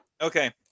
Okay